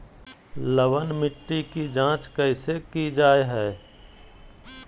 लवन मिट्टी की जच कैसे की जय है?